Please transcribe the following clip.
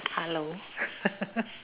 hello